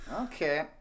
okay